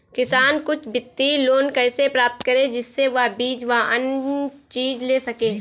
किसान कुछ वित्तीय लोन कैसे प्राप्त करें जिससे वह बीज व अन्य चीज ले सके?